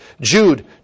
Jude